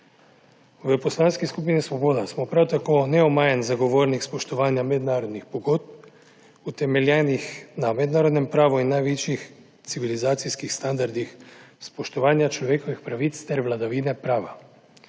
V Poslanski skupini Svoboda smo prav tako neomajen zagovornik spoštovanja mednarodnih pogodb, utemeljenih na mednarodnem pravu in največjih civilizacijskih standardih spoštovanja človekovih pravic ter vladavine prava,